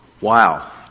Wow